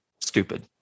stupid